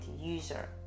user